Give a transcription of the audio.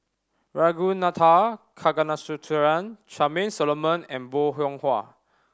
Ragunathar Kanagasuntheram Charmaine Solomon and Bong Hiong Hwa